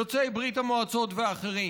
יוצאי ברית המועצות ואחרים.